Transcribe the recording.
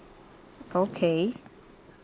okay